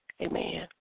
Amen